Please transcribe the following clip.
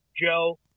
Joe